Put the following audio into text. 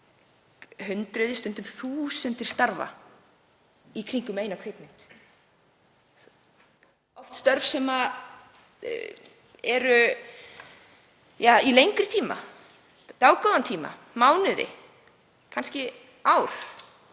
hundruð og stundum þúsundir starfa í kringum eina kvikmynd, oft störf sem eru til lengri tíma, í dágóðan tíma, mánuði, kannski ár.